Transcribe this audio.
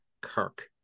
Kirk